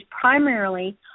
primarily